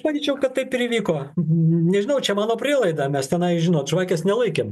manyčiau kad taip ir įvyko nežinau čia mano prielaida mes tenai žinot žvakės nelaikėm